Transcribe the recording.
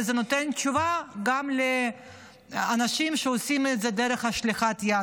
וזה נותן תשובה גם לאנשים שעושים את זה דרך משלח יד.